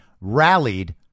rallied